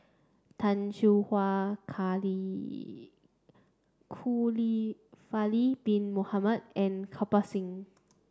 Tay Seow Huah bin Mohamed and Kirpal Singh